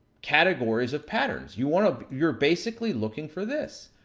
categories of patterns. you wanna, you're basically looking for this.